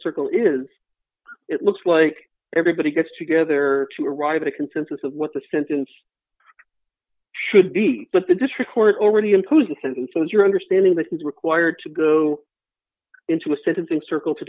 circle is it looks like everybody gets together to arrive at a consensus of what the sentence should be but the district court already imposed sentences your understanding that is required to go into a citizen circle to